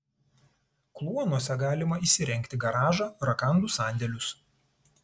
kluonuose galima įsirengti garažą rakandų sandėlius